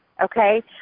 okay